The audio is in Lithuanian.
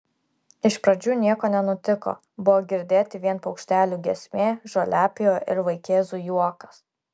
iš pradžių nieko nenutiko buvo girdėti vien paukštelių giesmė žoliapjovė ir vaikėzų juokas